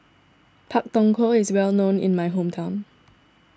Pak Thong Ko is well known in my hometown